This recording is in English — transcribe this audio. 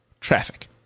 traffic